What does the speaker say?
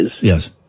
Yes